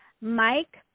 Mike